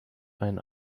ein